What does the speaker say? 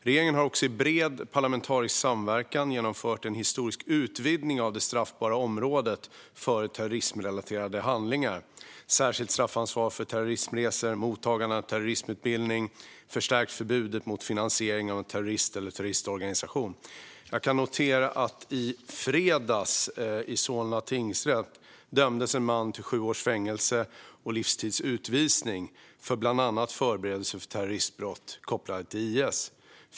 Regeringen har också i bred parlamentarisk samverkan genomfört en historisk utvidgning av det straffbara området för terrorismrelaterade handlingar: särskilt straffansvar för terrorismresor, mottagande av terrorismutbildning och förstärkt förbud mot finansiering av terrorist eller terroristorganisationer. Jag noterar att en man i fredags dömdes av Solna tingsrätt till sju års fängelse och livstids utvisning för bland annat förberedelser för terroristbrott kopplade till IS.